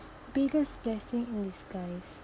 biggest blessing in disguise